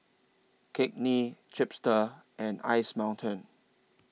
Cakenis Chipster and Ice Mountain